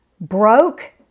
Broke